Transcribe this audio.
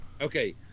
Okay